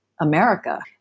America